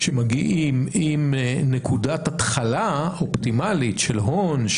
שמגיעים עם נקודת התחלה אופטימלית של הון,